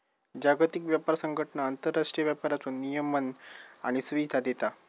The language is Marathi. जागतिक व्यापार संघटना आंतरराष्ट्रीय व्यापाराचो नियमन आणि सुविधा देता